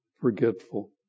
forgetful